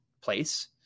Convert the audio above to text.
place